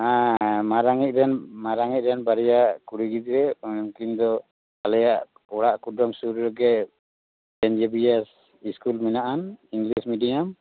ᱦᱮᱸ ᱦᱮᱸ ᱢᱟᱨᱟᱝᱤᱡ ᱨᱮᱱ ᱢᱟᱨᱟᱝ ᱤᱡ ᱨᱮᱱ ᱵᱟᱨᱭᱟ ᱠᱩᱲᱤ ᱜᱤᱫᱽᱨᱟᱹ ᱩᱱᱠᱤᱱ ᱫᱚ ᱟᱞᱮᱭᱟᱜ ᱚᱲᱟᱜ ᱠᱩᱰᱟᱹᱢ ᱥᱩᱨ ᱨᱮᱜᱮ ᱥᱮᱱᱴ ᱡᱮᱵᱤᱭᱮᱥ ᱤᱥᱠᱩᱞ ᱢᱮᱱᱟᱜ ᱟᱱ ᱤᱝᱞᱤᱥ ᱢᱤᱰᱤᱭᱟᱢ